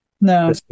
No